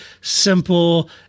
simple